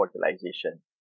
fertilization